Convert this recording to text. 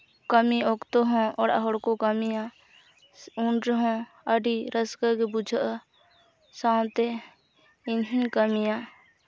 ᱠᱟᱹᱢᱤ ᱚᱠᱛᱚ ᱦᱚᱸ ᱚᱲᱟᱜ ᱦᱚᱲ ᱠᱚ ᱠᱟᱹᱢᱤᱭᱟ ᱩᱱᱨᱮᱦᱚᱸ ᱟᱹᱰᱤ ᱨᱟᱹᱥᱠᱟᱹ ᱜᱮ ᱵᱩᱡᱷᱟᱹᱜᱼᱟ ᱥᱟᱶᱛᱮ ᱤᱧ ᱦᱚᱸᱧ ᱠᱟᱹᱢᱤᱭᱟ